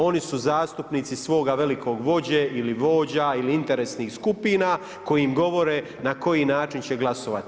Oni su zastupnici svoga velikog vođe ili vođa, ili interesnih skupina koji im govore na koji način će glasovati.